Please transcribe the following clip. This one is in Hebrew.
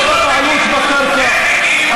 לא בבעלות בקרקע,